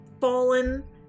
fallen